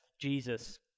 Jesus